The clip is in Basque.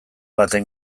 baten